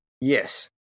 Yes